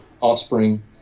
offspring